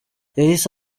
yahise